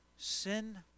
Sin